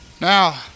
Now